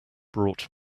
brought